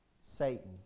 Satan